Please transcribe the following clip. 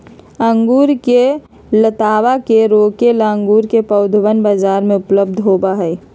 अंगूर के लतावा के रोके ला अंगूर के पौधवन बाजार में उपलब्ध होबा हई